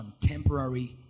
contemporary